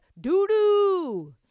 doo-doo